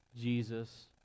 Jesus